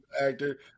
actor